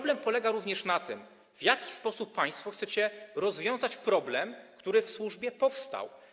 Dylemat polega również na tym, w jaki sposób państwo chcecie rozwiązać problem, który w służbie powstał.